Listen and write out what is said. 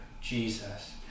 Jesus